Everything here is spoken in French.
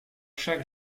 chaque